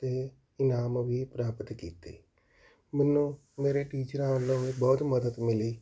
ਅਤੇ ਇਨਾਮ ਵੀ ਪ੍ਰਾਪਤ ਕੀਤੇ ਮੈਨੂੰ ਮੇਰੇ ਟੀਚਰਾਂ ਵੱਲੋਂ ਵੀ ਬਹੁਤ ਮਦਦ ਮਿਲੀ